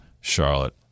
Charlotte